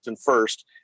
first